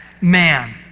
man